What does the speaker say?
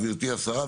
גברתי השרה,